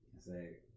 say